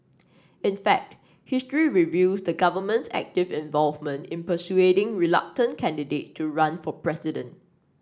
in fact history reveals the government's active involvement in persuading reluctant candidate to run for president